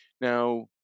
Now